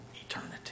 eternity